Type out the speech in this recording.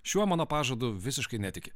šiuo mano pažadu visiškai netiki